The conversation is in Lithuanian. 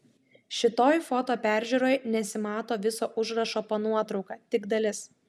šitoj foto peržiūroj nesimato viso užrašo po nuotrauka tik dalis